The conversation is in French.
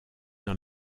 dans